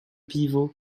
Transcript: pivot